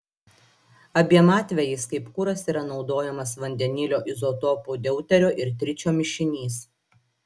abiem atvejais kaip kuras yra naudojamas vandenilio izotopų deuterio ir tričio mišinys